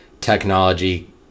technology